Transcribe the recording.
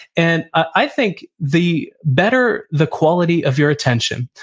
and i think the better the quality of your attention,